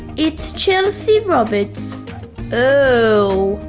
it's chelsea roberts oh.